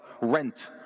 rent